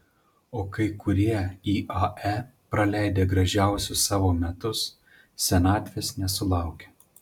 o kai kurie iae praleidę gražiausius savo metus senatvės nesulaukia